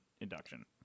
induction